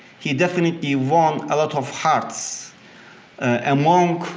he definitely won a lot of hearts among